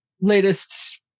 latest